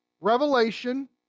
revelation